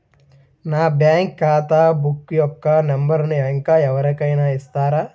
నా బ్యాంక్ ఖాతా బుక్ యొక్క నంబరును ఇంకా ఎవరి కైనా ఇస్తారా?